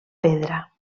pedra